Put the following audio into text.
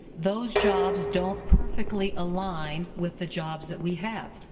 those jobs don't perfectly align with the jobs that we have,